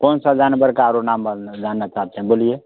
कौन सा जानवर का औरो नाम जानना चाहते हैं बोलिए